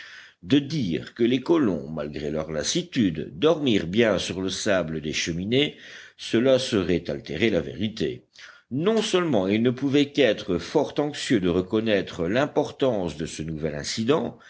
de dire que les colons malgré leur lassitude dormirent bien sur le sable des cheminées cela serait altérer la vérité non seulement ils ne pouvaient qu'être fort anxieux de reconnaître l'importance de ce nouvel incident